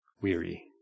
weary